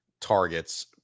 targets